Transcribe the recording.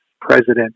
President